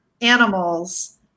animals